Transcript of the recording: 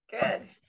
Good